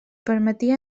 permetia